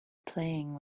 playing